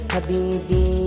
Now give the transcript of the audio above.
Habibi